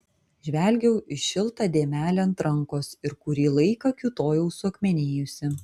žvelgiau į šiltą dėmelę ant rankos ir kurį laiką kiūtojau suakmenėjusi